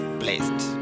blessed